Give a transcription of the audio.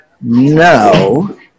no